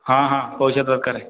ହଁ ହଁ ପଇସା ଦରକାର